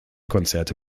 konzerte